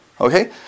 Okay